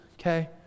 okay